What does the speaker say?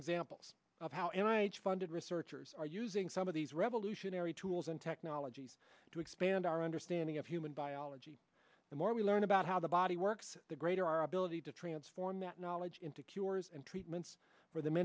examples of how and i funded researchers are using some of these revolutionary tools and technologies to expand our understanding of human biology the more we learn about how the body works the greater our ability to transform that knowledge into cures and treatments for the